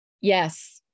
yes